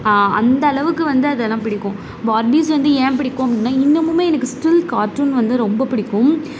அந்தளவுக்கு வந்து அதெல்லாம் பிடிக்கும் பார்பீஸ் வந்து ஏன் பிடிக்கும் அப்படினா இன்னமுமே எனக்கு ஸ்டில் கார்ட்டூன் வந்து ரொம்ப பிடிக்கும்